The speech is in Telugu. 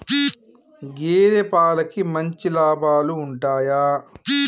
గేదే పాలకి మంచి లాభాలు ఉంటయా?